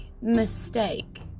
mistake